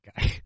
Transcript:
guy